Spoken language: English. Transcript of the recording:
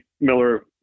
Miller